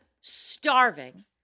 starving